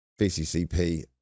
VCCP